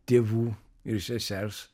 tėvų ir sesers